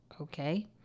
Okay